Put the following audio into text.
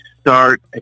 start